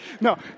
No